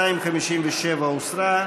257 הוסרה.